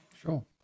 Sure